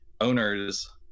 owners